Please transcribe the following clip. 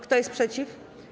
Kto jest przeciw?